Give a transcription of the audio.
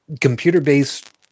computer-based